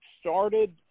started